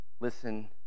listen